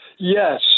Yes